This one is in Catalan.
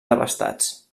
desbastats